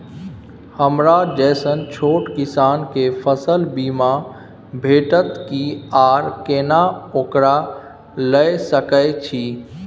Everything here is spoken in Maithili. हमरा जैसन छोट किसान के फसल बीमा भेटत कि आर केना ओकरा लैय सकैय छि?